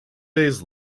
days